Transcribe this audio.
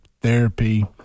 therapy